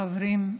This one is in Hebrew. חברים,